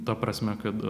ta prasme kad